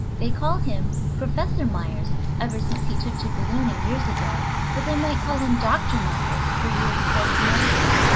they call him professor myers ever since he took to ballooning, years ago but they might call him dr. myers, for he has studied medicine,